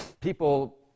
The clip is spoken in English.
People